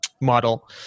model